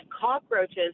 cockroaches